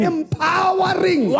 Empowering